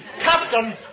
Captain